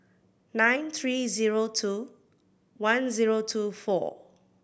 nine three zero two one zero two four